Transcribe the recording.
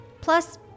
Plus